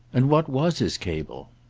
and what was his cable?